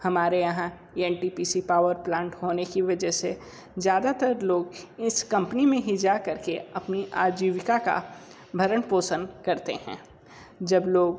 हमारे यहाँ N T P C power plant होने की वजह से ज़्यादातर लोग इस कम्पनी में ही जाकर के अपनी आजीविका का भरण पोषण करते हैं जब लोग